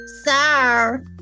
Sir